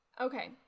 Okay